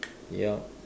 yup